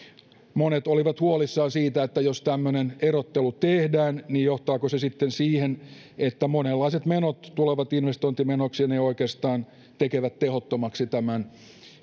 monet olivat huolissaan siitä että jos tämmöinen erottelu tehdään johtaako se sitten siihen että monenlaiset menot tulevat investointimenoiksi ja ne oikeastaan tekevät tehottomaksi tämän